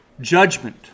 judgment